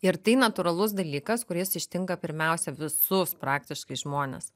ir tai natūralus dalykas kuris ištinka pirmiausia visus praktiškai žmones